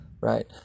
right